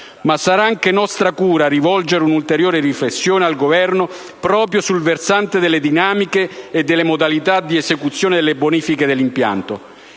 Ma sarà anche nostra cura rivolgere un'ulteriore riflessione al Governo proprio sul versante delle dinamiche e delle modalità di esecuzione delle bonifiche dell'impianto.